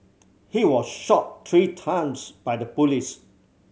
he was shot three times by the police